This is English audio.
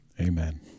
Amen